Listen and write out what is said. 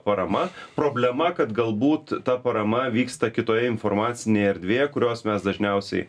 parama problema kad galbūt ta parama vyksta kitoje informacinėj erdvėje kurios mes dažniausiai